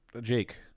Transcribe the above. Jake